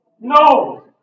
No